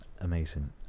Amazing